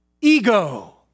ego